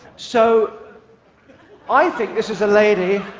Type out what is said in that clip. so i think this is a lady,